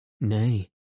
Nay